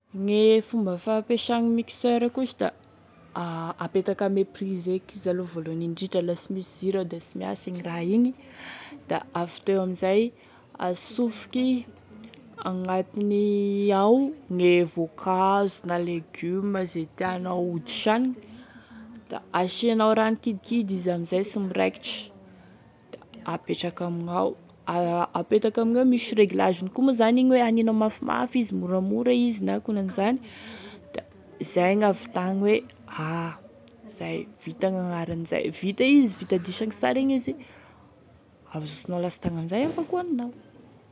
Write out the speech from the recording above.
Gne fomba fampiasagny mixeur koa sa da a apetaky ame prise avao eky izy aloha voalahany indrindra, la sy misy ziro ao de sy miasa igny raha igny da avy teo amin'izay asofoky agnatiny ao gne voankazo na légume, ze tianao ho disanigny, da asianao rano kidikidy izy amzay sy miraikitry, da apetraky amignao, apetaky amigneo misy réglageny koa zany igny hoe haninao mafimafy izy aninao moramora izy akonanizany izay gn'ahavitagny hoe zay vita gn'agnarany zay, vita izy vita disagny, da azosonao latsagny amin'izay da afaky hoaninao.